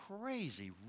crazy